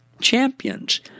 champions